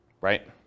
right